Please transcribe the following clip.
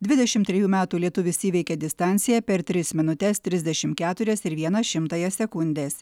dvidešim trejų metų lietuvis įveikė distanciją per tris minutes trisdešim keturias ir vieną šimtąją sekundės